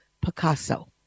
Picasso